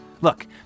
Look